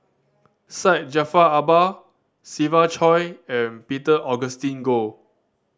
Syed Jaafar Albar Siva Choy and Peter Augustine Goh